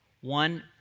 one